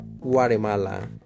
Guatemala